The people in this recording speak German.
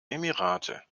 emirate